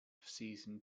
season